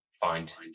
find